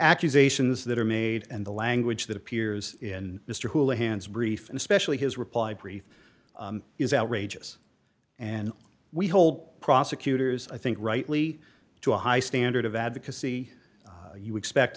accusations that are made and the language that appears in mr houlihan's brief and especially his reply brief is outrageous and we hold prosecutors i think rightly to a high standard of advocacy you expect